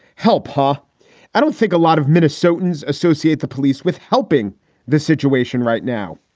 help! ah i don't think a lot of minnesotans associate the police with helping the situation right now.